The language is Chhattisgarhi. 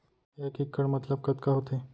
एक इक्कड़ मतलब कतका होथे?